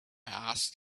asked